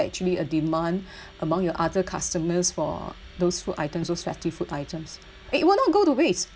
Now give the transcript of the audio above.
actually a demand among your other customers for those food items those festive food items it it will not go to waste